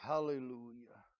Hallelujah